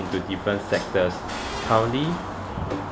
into different sectors currently